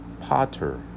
potter